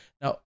now